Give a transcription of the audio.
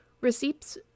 receipts